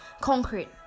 concrete